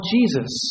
Jesus